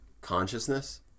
consciousness